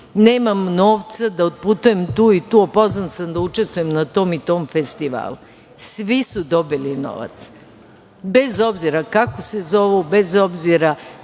nemam novca da otputujem tu i tu, a pozvan sam da učestvujem na tom i tom festivalu. Svi su dobili novac, bez obzira kako se zovu, bez obzira